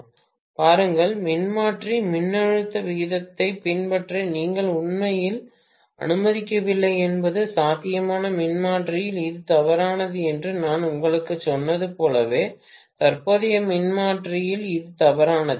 பேராசிரியர் பாருங்கள் மின்மாற்றி மின்னழுத்த விகிதத்தைப் பின்பற்ற நீங்கள் உண்மையில் அனுமதிக்கவில்லை என்பது சாத்தியமான மின்மாற்றியில் இது தவறானது என்று நான் உங்களுக்குச் சொன்னது போலவே தற்போதைய மின்மாற்றியில் இது தவறானது